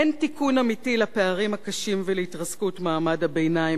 אין תיקון אמיתי לפערים הקשים ולהתרסקות מעמד הביניים